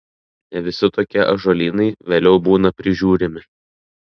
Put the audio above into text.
ne visi tokie ąžuolynai vėliau būna prižiūrimi